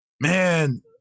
Man